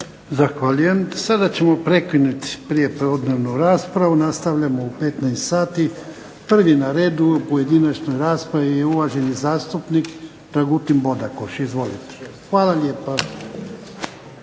Zahvaljujem. Sada ćemo prekinuti prijepodnevnu raspravu, nastavljamo u 15 sati. Prvi na redu u pojedinačnoj raspravi je uvaženi zastupnik Dragutin Bodakoš. Hvala lijepa.